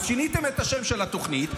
אז שיניתם את השם של התוכנית,